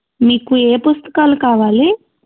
మీకు ఏ పుస్తకాలు కావాలి